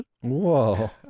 whoa